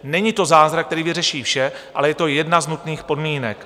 Není to zázrak, který vyřeší vše, ale je to jedna z nutných podmínek.